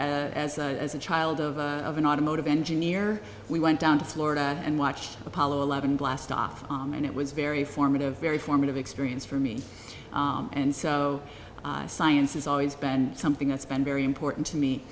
s a child of a of an automotive engineer we went down to florida and watched apollo eleven blast off and it was very formative very formative experience for me and so science has always been something that's been very important to